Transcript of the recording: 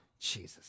Jesus